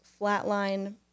flatline